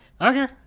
Okay